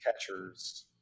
catchers